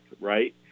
right